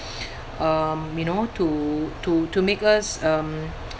um you know to to to make us um